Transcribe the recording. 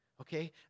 okay